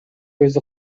өзү